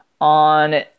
on